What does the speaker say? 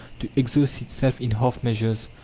to exhaust itself in half measures,